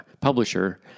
publisher